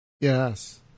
yes